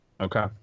Okay